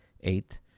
Eight